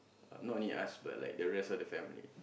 uh not only us but like the rest of the family